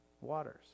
waters